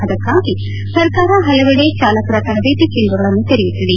ಅದಕ್ಕಾಗಿ ಸರ್ಕಾರ ಹಲವೆಡೆ ಚಾಲಕರ ತರಬೇತಿ ಕೇಂದ್ರಗಳನ್ನು ತೆರೆಯುತ್ತಿದೆ